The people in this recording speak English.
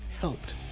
helped